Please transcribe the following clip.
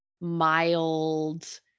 mild